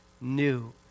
new